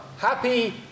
Happy